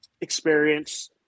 experience